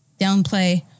downplay